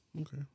Okay